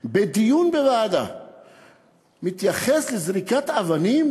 בדיון בוועדה מתייחס לזריקת אבנים